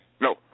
No